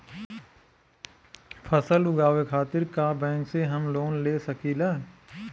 फसल उगावे खतिर का बैंक से हम लोन ले सकीला?